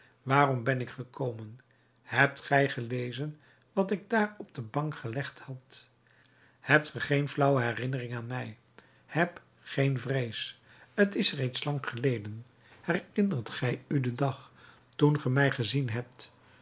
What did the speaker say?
daarom ben ik gekomen hebt gij gelezen wat ik daar op die bank gelegd had hebt ge geen flauwe herinnering aan mij heb geen vrees t is reeds lang geleden herinnert gij u den dag toen ge mij gezien hebt